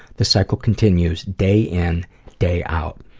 the cycle continues, day in day out.